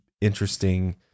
interesting